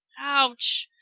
ouch!